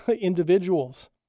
individuals